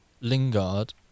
Lingard